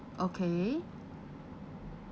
okay